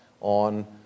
on